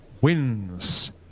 wins